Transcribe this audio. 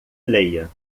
leia